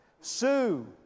Sue